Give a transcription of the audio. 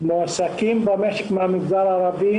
מועסקים במשק מן המגזר הערבי